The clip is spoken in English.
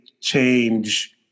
change